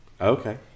Okay